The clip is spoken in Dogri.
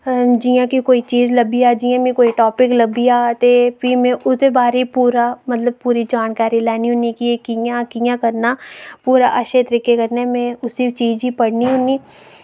जि'यां कि कोई चीज लब्भी जा जि'यां मिं कोई टापिक लब्भी जा ते फ्ही में ओह्दे बारे पूरा मतलब पूरी जानकारी लैन्नी होन्नी कि एह् कि'यां कियां करना पूरा अच्छे तरीके कन्नै में उसी चीज ही पढ़नी होन्नी